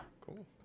cool